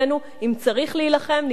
אם צריך להילחם, נילחם.